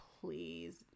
please